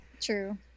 True